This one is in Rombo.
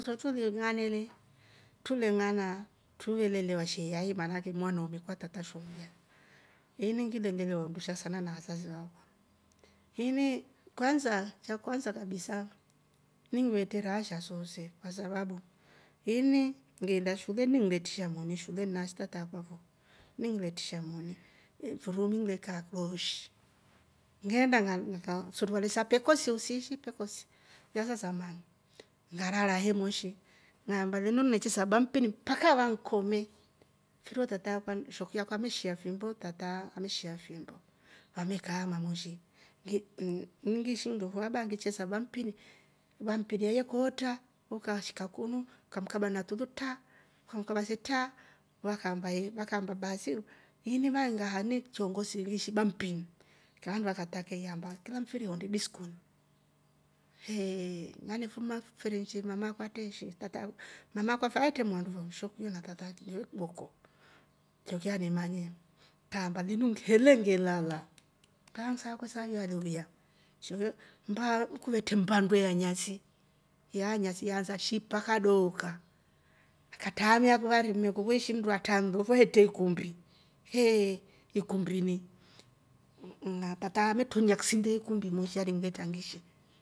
Trotuve nga'aane truvelelwa sha iyai mwana umu kwa tata sho mlya, ini ngile lelewa undusha na vasasi wakwa, ini kwansa cha kwansa kabisa ngiivetre raha sooso kwa sababu ini ngeenda shule ngile trisha moni shule na shi taa akwa fo iningile trisha moni, mfuru umu ngile kaa klooshi ngeenda suruvale za pekosi usiishi pekosi silya sa samani ngarara moshi, ngaamba linu ngive sesha bampini mpaka vanikome mfiri wo tata akwa- shekuyo akwa ameshia fimbo na tata ameshia fimbo vamekaama moshi, ini ngiishi nndo fo labda angechesa bampini bampini ilya yeekootra ukashikakunu ukamkaba na tulu tra! Ukakamkaba se tra! Vakaamba vakaamba basi uh ini vaengaa ini chyongozi ngiishi bampini, kaa vakataka iyaambaa kila mfiri onde diskoni nganefuma mfiri mama akwa atreeshi mama akwa avetre mwaandu fo, shekuyo na tata ndo kiboko tata ne manye linu kihele nge lala kaa nsakwe saa ilya aleuya, shekuyo mbaa kuvetre mmba ndwe ya nyasi ilya ya nyasi yaansa shi mpaka dooka akatraamia kivari weeshi fo. evetre ukumbi heee ikumbini m- m- tata ametulia kisinde ya ikumbi moshi alingivetra ngishe,